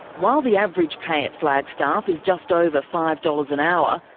while the average pay at flagstaff is just over five dollars an hour,